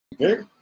Okay